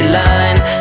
lines